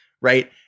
Right